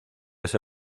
ese